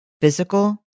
physical